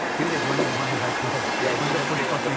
maybe they joined the mile high club yeah